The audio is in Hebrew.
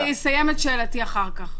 אסיים את שאלתי אחר כך.